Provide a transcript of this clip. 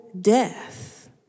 death